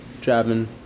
driving